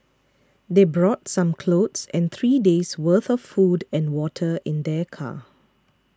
they brought some clothes and three days' worth of food and water in their car